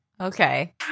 Okay